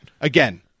again